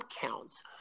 counts